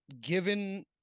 given